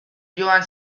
joan